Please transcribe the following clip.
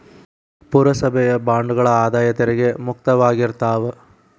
ಪುರಸಭೆಯ ಬಾಂಡ್ಗಳ ಆದಾಯ ತೆರಿಗೆ ಮುಕ್ತವಾಗಿರ್ತಾವ